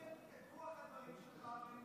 אני מבין את רוח הדברים שלך.